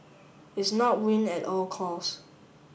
it's not win at all cost